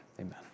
amen